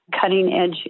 cutting-edge